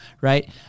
right